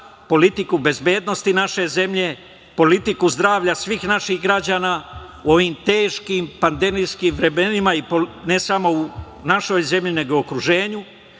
politiku bezbednosti naše zemlje, politiku zdravlja svih naših građana u ovim teškim pandemijskim vremenima i ne samo u našoj zemlji, nego i u okruženju,